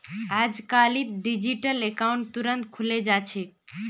अजकालित digital account तुरंत खुले जा छेक